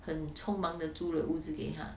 很冲忙的租了屋子给他